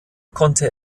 konnte